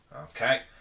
Okay